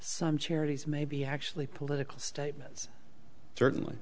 some charities may be actually political statements certainly